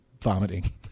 vomiting